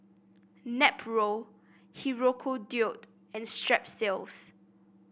Nepro Hirudoid and Strepsils